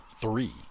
three